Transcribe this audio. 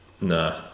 Nah